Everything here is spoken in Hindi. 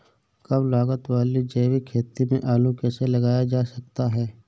कम लागत वाली जैविक खेती में आलू कैसे लगाया जा सकता है?